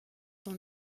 dans